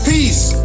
Peace